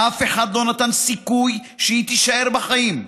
אף אחד לא נתן סיכוי שהיא תישאר בחיים,